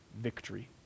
victory